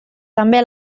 també